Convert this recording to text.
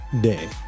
day